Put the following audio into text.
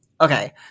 okay